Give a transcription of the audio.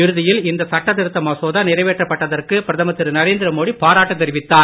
இறுதியில் இந்த சட்ட திருத்த மசோதா நிறைவேற்றப்பட்டதற்கு பிரதமர் திரு நரேந்திர மோடி பாராட்டு தெரிவித்தார்